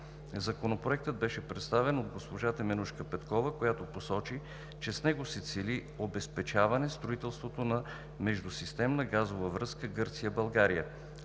Законопроектът беше представен от госпожа Теменужка Петкова, която посочи, че с него се цели обезпечаване строителството на „Междусистемната газова връзка Гърция –България“